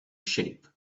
shape